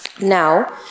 Now